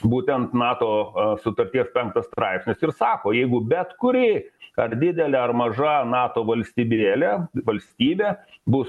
būtent nato sutarties penktas straipsnis ir sako jeigu bet kuri ar didelė ar maža nato valstybėlė valstybė būs